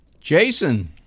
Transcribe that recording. Jason